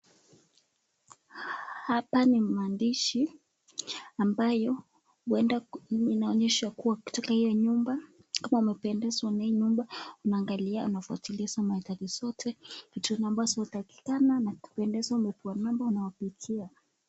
Hapa ni maandishi ambayo huuwenda inaonyesha kuwa kutoka hiyo nyumba, inapendeza unangalia unafutilia hizo mahitaji zote, zinazopatikana na kupendeza na mambo unayopitia.